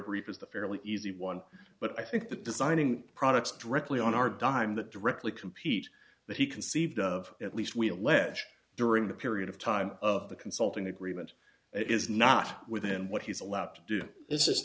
brief as the fairly easy one but i think that designing products directly on our dime that directly compete but he conceived of at least we allege during the period of time of the consulting agreement it is not within what he's allowed to do this